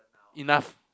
enough